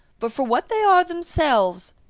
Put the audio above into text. but for what they are themselves.